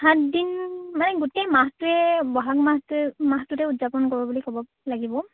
সাতদিন মানে গোটেই মাহটোৱে ব'হাগ মাহ মাহটোতে উদযাপন কৰোঁ বুলি ক'ব লাগিব